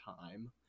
time